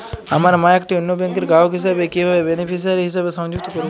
আমার মা একটি অন্য ব্যাংকের গ্রাহক হিসেবে কীভাবে বেনিফিসিয়ারি হিসেবে সংযুক্ত করব?